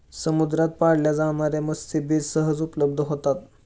समुद्रात पाळल्या जाणार्या मत्स्यबीज सहज उपलब्ध होतात